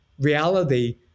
reality